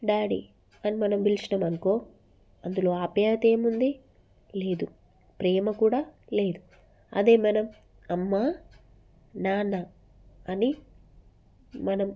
daddy అని మనం పిలిచినాము అనుకో అందులో ఆప్యాయత ఏముంది లేదు ప్రేమ కూడా లేదు అదే మనం అమ్మ నాన్న అని మనం